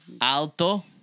Alto